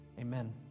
Amen